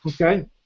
Okay